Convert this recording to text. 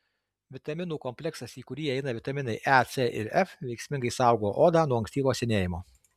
vitaminų kompleksas į kurį įeina vitaminai e c ir f veiksmingai saugo odą nuo ankstyvo senėjimo